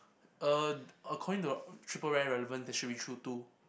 uh according to the triple rare relevant there should be two